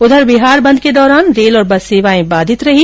उधर बिहार बंद के दौरान रेल और बस सेवाएं बाधित रहीं